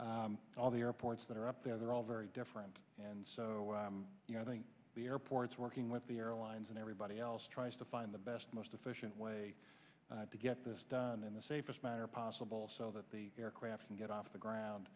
when all the airports that are up there they're all very different and so i think the airports working with the airlines and everybody else tries to find the best most efficient way to get this done in the safest manner possible so that the aircraft can get off the ground